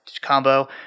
combo